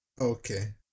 Okay